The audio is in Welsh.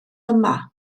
yma